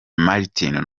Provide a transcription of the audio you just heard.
martin